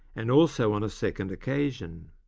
and also on a second occasion.